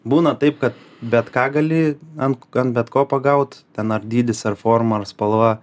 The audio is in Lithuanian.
būna taip kad bet ką gali ant ant bet ko pagaut ten ar dydis ar forma ar spalva